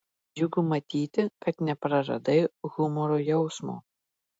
džiugu matyti kad nepraradai humoro jausmo